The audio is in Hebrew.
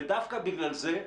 ודווקא בגלל זה,